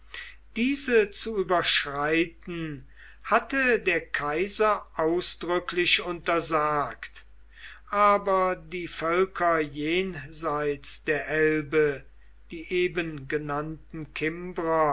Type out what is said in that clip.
diese zu überschreiten hatte der kaiser ausdrücklich untersagt aber die völker jenseits der elbe die eben genannten kimbrer